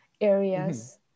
areas